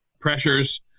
pressures